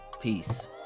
peace